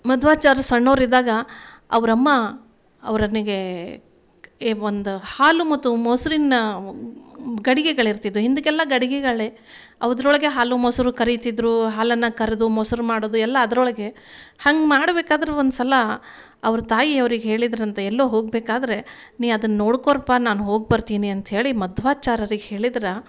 ಮಧ್ವಾಚಾರ್ರು ಸಣ್ಣವರಿದ್ದಾಗ ಅವ್ರ ಅಮ್ಮ ಅವನಿಗೆ ಎ ಒಂದು ಹಾಲು ಮತ್ತು ಮೊಸ್ರಿನ ಗಡಿಗೆಗಳಿರ್ತಿದ್ದವು ಹಿಂದಕ್ಕೆಲ್ಲ ಗಡಿಗೆಗಳೇ ಅದ್ರೊಳಗೇ ಹಾಲು ಮೊಸರು ಕರಿತಿದ್ರು ಹಾಲನ್ನು ಕರೆದು ಮೊಸರು ಮಾಡುವುದು ಎಲ್ಲ ಅದರೊಳಗೆ ಹಂಗೆ ಮಾಡ್ಬೇಕಾದ್ರೆ ಒಂದು ಸಲ ಅವ್ರ ತಾಯಿ ಅವ್ರಿಗೆ ಹೇಳಿದ್ರಂತೆ ಎಲ್ಲೋ ಹೋಗಬೇಕಾದ್ರೆ ನೀನು ಅದನ್ನು ನೋಡ್ಕೋಪ ನಾನು ಹೋಗಿ ಬರ್ತೀನಿ ಅಂತ ಹೇಳಿ ಮಧ್ವಾಚಾರರಿಗೆ ಹೇಳಿದ್ರು